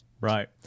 Right